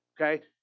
okay